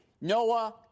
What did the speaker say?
Noah